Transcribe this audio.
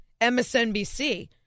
MSNBC